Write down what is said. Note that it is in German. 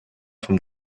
vom